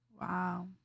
Wow